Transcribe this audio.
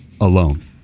alone